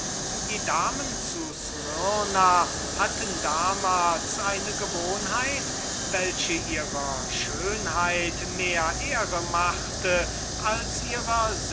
die damen zu smyrna hatten damals eine gewohnheit welche ihrer schönheit mehr ehre machte als ihrer